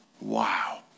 Wow